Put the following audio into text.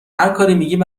میگیم